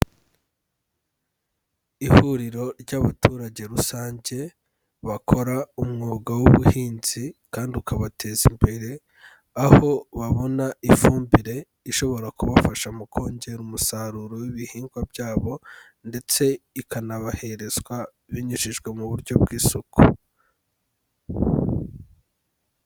Ihuriro ry'abaturage rusange, bakora, umwuga w'ubuhinzi, kandi ukabateza imbere. Aho babona ifumbire, ishobora kubafasha mu kongera umusaruro w'ibihingwa byabo. Ndetse, ikanabaherezwa, binyujijwe mu buryo bw'isuku.